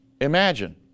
Imagine